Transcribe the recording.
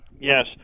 yes